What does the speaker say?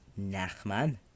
Nachman